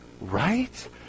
Right